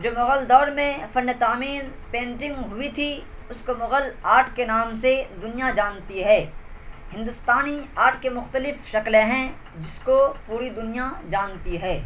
جو مغل دور میں فن تعمیر پینٹنگ ہوئی تھی اس کو مغل آرٹ کے نام سے دنیا جانتی ہے ہندوستانی آرٹ کی مختلف شکلیں ہیں جس کو پوری دنیا جانتی ہے